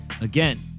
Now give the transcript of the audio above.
Again